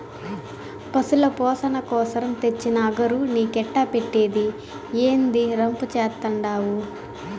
పశుల పోసణ కోసరం తెచ్చిన అగరు నీకెట్టా పెట్టేది, ఏందీ రంపు చేత్తండావు